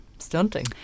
stunting